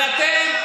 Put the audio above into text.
אבל אתם,